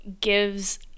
gives